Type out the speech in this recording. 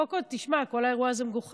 קודם כול, תשמע, כל האירוע הזה מגוחך.